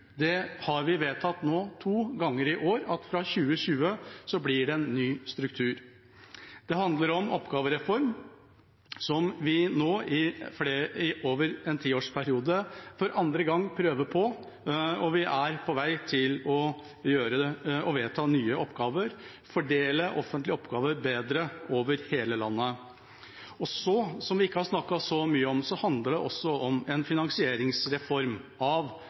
struktur. Vi har vedtatt to ganger i år at fra 2020 blir det en ny struktur. Det handler om oppgavereform, som vi nå over en tiårsperiode for andre gang prøver på, og vi er på vei til å vedta nye oppgaver, fordele offentlige oppgaver bedre over hele landet. Og så – som vi ikke har snakket så mye om – handler det om en finansieringsreform